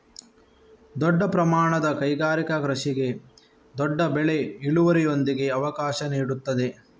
ದೊಡ್ಡ ಪ್ರಮಾಣದ ಕೈಗಾರಿಕಾ ಕೃಷಿಗೆ ದೊಡ್ಡ ಬೆಳೆ ಇಳುವರಿಯೊಂದಿಗೆ ಅವಕಾಶ ನೀಡುತ್ತದೆ